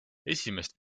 esimest